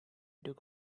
took